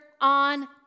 on